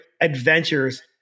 adventures